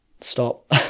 stop